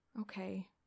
Okay